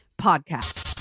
podcast